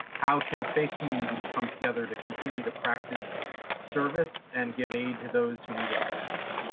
how can faith communities come together to continue to practice service and give aid to those who need it most?